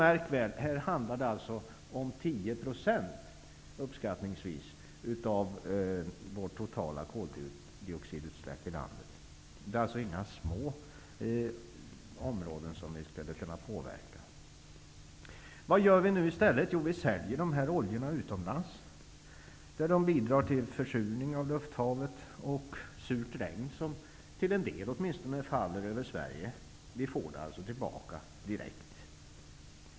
Märk väl att det här handlar om uppskattningsvis 10 % av våra totala koldioxidutsläpp i landet. Det är alltså inga små områden som vi skulle kunna påverka. Vad gör vi nu i stället? Jo, vi säljer dessa oljor utomlands, där de bidrar till försurningen av lufthavet och ger surt regn, som åtminstone till en del faller över Sverige. Vi får alltså tillbaka dem direkt.